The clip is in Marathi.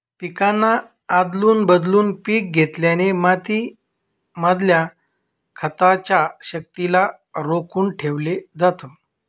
पिकांना आदलून बदलून पिक घेतल्याने माती मधल्या खताच्या शक्तिला रोखून ठेवलं जातं